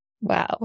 Wow